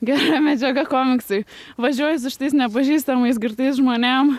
gera medžiaga komiksai važiuoji su šitais nepažįstamais girtais žmonėm